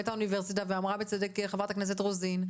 ואמרה בצדק חברת הכנסת רוזין,